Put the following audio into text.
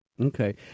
Okay